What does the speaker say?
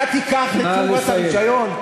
אתה תיקח לתשובה את הרישיון?